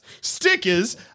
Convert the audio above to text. Stickers